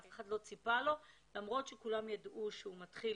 אף אחד לא ציפה לו למרות שכולם ידעו שהוא מתחיל